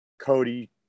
cody